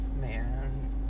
man